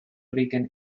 rican